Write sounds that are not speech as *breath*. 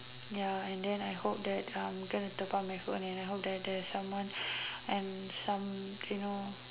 ya and then I hope that uh I'm going to top up my phone and hope that there's someone *breath* and someone you know